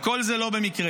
וכל זה לא במקרה.